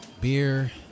Beer